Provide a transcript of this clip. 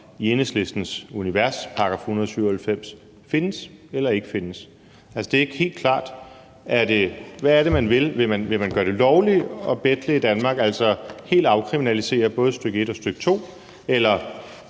i Enhedslistens univers eller ikke findes. Det er ikke helt klart. Hvad er det, man vil? Vil man gøre det lovligt at betle i Danmark, altså helt afkriminalisere både stk. 1 og stk. 2, eller